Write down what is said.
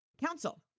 council